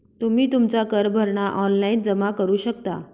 तुम्ही तुमचा कर भरणा ऑनलाइन जमा करू शकता